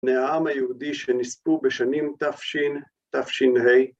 מהעם היהודי שנספו בשנים ת"ש, תפש"ה